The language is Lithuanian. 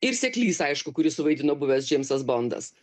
ir seklys aišku kurį suvaidino buvęs džeimsas bondas